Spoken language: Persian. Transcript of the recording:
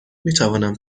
میتوانم